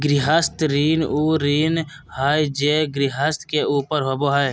गृहस्थ ऋण उ ऋण हइ जे गृहस्थ के ऊपर होबो हइ